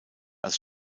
als